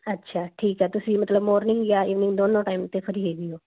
ਅੱਛਾ ਠੀਕ ਹੈ ਤੁਸੀਂ ਮਤਲਬ ਮੋਰਨਿੰਗ ਜਾਂ ਈਵਨਿੰਗ ਦੋਨੋ ਟਾਈਮ 'ਤੇ ਫ੍ਰੀ ਹੈਗੇ ਹੋ